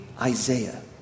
Isaiah